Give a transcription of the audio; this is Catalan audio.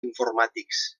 informàtics